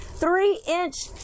three-inch